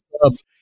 clubs